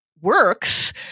works